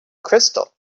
crystal